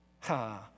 ha